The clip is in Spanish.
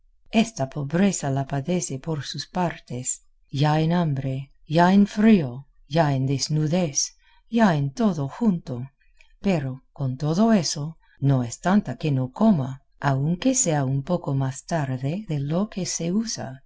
esta pobreza la padece por sus partes ya en hambre ya en frío ya en desnudez ya en todo junto pero con todo eso no es tanta que no coma aunque sea un poco más tarde de lo que se usa